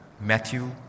Matthew